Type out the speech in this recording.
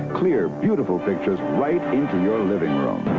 clear, beautiful pictures right into your living room.